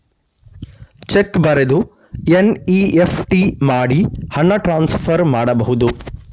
Check ಬರೆದು NEFT ಮಾಡಿ ಹಣ ಟ್ರಾನ್ಸ್ಫರ್ ಮಾಡಬಹುದು?